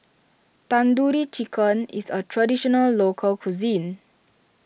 Tandoori Chicken is a Traditional Local Cuisine